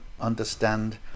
understand